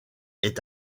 est